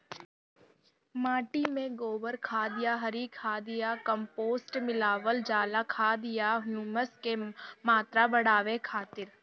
माटी में गोबर खाद या हरी खाद या कम्पोस्ट मिलावल जाला खाद या ह्यूमस क मात्रा बढ़ावे खातिर?